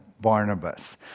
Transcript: Barnabas